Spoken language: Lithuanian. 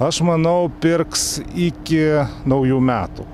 aš manau pirks iki naujų metų